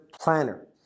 planner